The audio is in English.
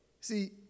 See